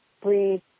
breathe